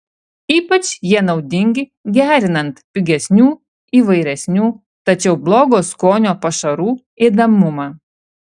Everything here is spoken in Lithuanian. ypač jie naudingi gerinant pigesnių įvairesnių tačiau blogo skonio pašarų ėdamumą